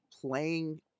playing